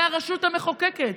זו הרשות המחוקקת.